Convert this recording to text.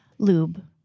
Lube